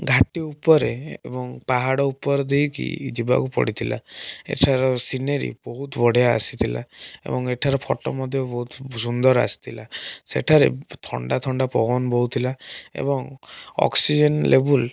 ଘାଟି ଉପରେ ଏବଂ ପାହାଡ଼ ଉପର ଦେଇକି ଯିବାକୁ ପଡ଼ିଥିଲା ଏଠାର ସିନେରୀ ବହୁତ ବଢ଼ିଆ ଆସିଥିଲା ଏବଂ ଏଠାର ଫଟୋ ମଧ୍ୟ ବହୁତ ସୁନ୍ଦର ଆସିଥିଲା ସେଠାରେ ଥଣ୍ଡାଥଣ୍ଡା ପବନ ବହୁଥିଲା ଏବଂ ଅକ୍ସିଜେନ ଲେବୁଲ